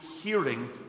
hearing